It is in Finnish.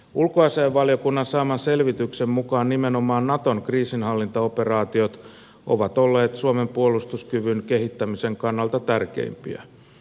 ulkoasiainvaliokunnan saaman selvityksen mukaan nimenomaan naton kriisinhallintaoperaatiot ovat olleet suomen puolustuskyvyn kehittämisen kannalta tärkeimpiä